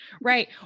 right